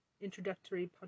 introductory